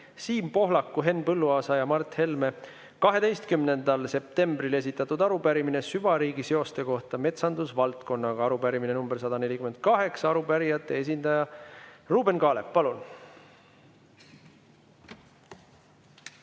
Siim Pohlaku, Henn Põlluaasa ja Mart Helme 12. septembril esitatud arupärimine süvariigi seoste kohta metsandusvaldkonnaga. Arupärimine nr 148. Arupärijate esindaja Ruuben Kaalep, palun!